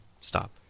stop